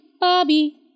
Bobby